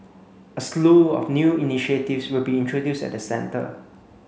a slew of new initiatives will be introduced at the centre